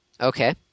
Okay